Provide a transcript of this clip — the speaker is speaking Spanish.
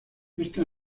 esta